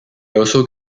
also